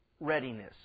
readiness